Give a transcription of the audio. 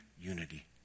unity